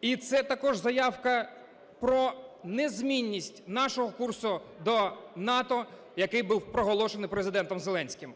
І це також заявка про незмінність нашого курсу до НАТО, який був проголошений Президентом Зеленським.